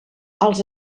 els